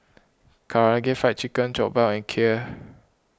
Karaage Fried Chicken Jokbal and Kheer